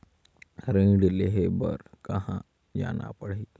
ऋण लेहे बार कहा जाना पड़ही?